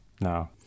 no